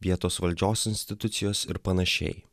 vietos valdžios institucijos ir panašiai